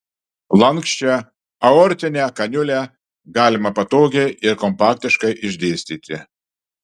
lanksčią aortinę kaniulę galima patogiai ir kompaktiškai išdėstyti